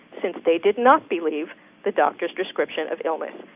since they did not believe the doctor's description of illness.